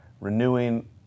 renewing